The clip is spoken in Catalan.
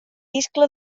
iscle